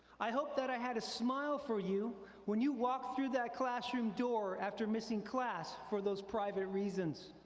i hope that i had a smile for you when you walked through that classroom door after missing class for those private reasons.